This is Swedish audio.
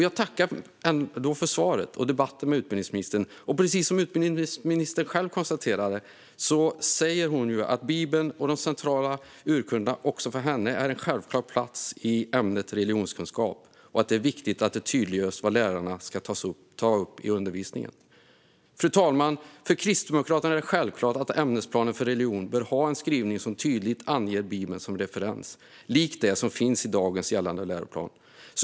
Jag tackar för svaret och debatten med utbildningsministern. Utbildningsministern konstaterade själv att Bibeln och de centrala urkunderna också för henne har en självklar plats i ämnet religionskunskap. Det är viktigt att det tydliggörs för lärarna vad som ska tas upp i undervisningen. Fru talman! För Kristdemokraterna är det självklart att ämnesplanen för religion bör ha en skrivning som tydligt anger Bibeln som referens, lik den som finns i dagens gällande läroplan.